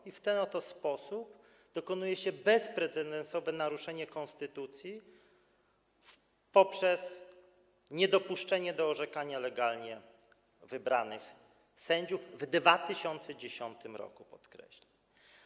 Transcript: I w ten oto sposób dokonuje się bezprecedensowe naruszenie konstytucji poprzez niedopuszczenie do orzekania legalnie wybranych sędziów w 2010 r., co podkreślam.